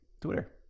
Twitter